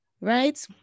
right